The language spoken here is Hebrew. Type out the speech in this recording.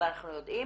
ואנחנו יודעים